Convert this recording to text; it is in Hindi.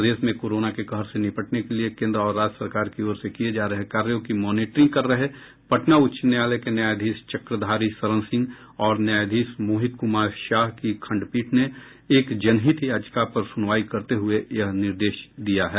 प्रदेश में कोरोना के कहर से निपटने के लिए केंद्र और राज्य सरकार की ओर से किए जा रहे कार्यों की मॉनिटरिंग कर रहे पटना उच्च न्यायालय के न्यायाधीश चक्रधारी शरण सिंह और न्यायाधीश मोहित कुमार शाह की खण्डपीठ ने एक जनहित याचिका पर सुनवाई करते हुए यह निर्देश दिया है